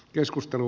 keskustelu